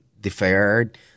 deferred